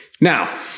Now